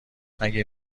مگه